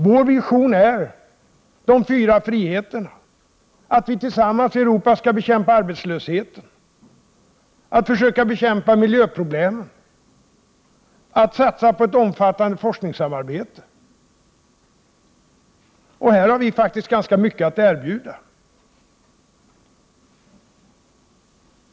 Vår vision är de fyra friheterna, att vi tillsammans i Europa skall bekämpa arbetslösheten, försöka bekämpa miljöproblemen och att satsa på ett omfattande forskningssamarbete. På den här punkten har vi socialdemokrater faktiskt ganska mycket att erbjuda.